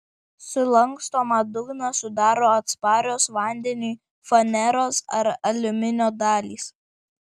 sulankstomą dugną sudaro atsparios vandeniui faneros ar aliuminio dalys